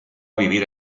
vivir